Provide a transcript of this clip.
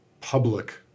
public